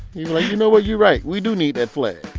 you like you know what? you right. we do need that flag